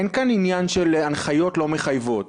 אין כאן עניין של הנחיות לא מחייבות.